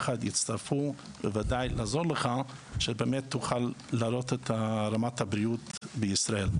בוודאי יעזרו לך להעלות את רמת הבריאות בישראל.